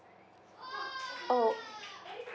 oh